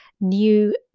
new